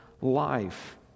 life